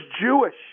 Jewish